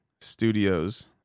Studios